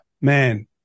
man